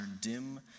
dim